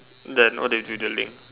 then what do you with the link